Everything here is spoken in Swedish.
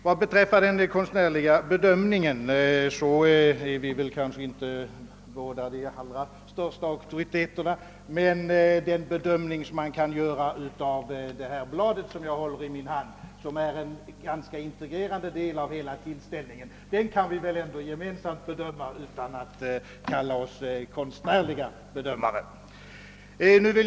Vad beträffar den konstnärliga bedömningen tillhör väl inte någon av oss de allra största auktoriteterna, men beträffande det blad, som jag håller i min hand och som är en integrerande del i den aktuella utställningen, kan vi väl ändå ena oss om ett fördömande utan att kalla oss konstnärliga bedömare.